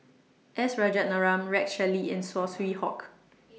S Rajaratnam Rex Shelley and Saw Swee Hock